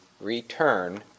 return